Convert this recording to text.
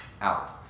out